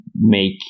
make